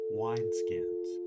wineskins